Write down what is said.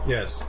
Yes